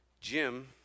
Jim